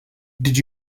did